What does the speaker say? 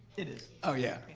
it is. oh yeah,